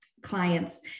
clients